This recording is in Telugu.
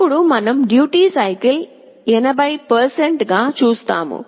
అప్పుడు మనం డ్యూటీ సైకిల్ 80 గా చేస్తాము